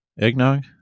eggnog